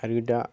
आरो दा